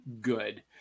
good